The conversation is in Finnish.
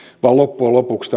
vaan loppujen lopuksi